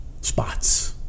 spots